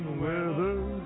weather